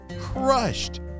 crushed